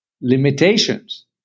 limitations